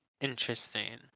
Interesting